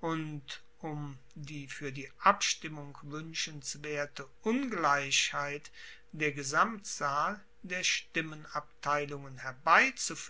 und um die fuer die abstimmung wuenschenswerte ungleichheit der gesamtzahl der stimmabteilungen herbeizufuehren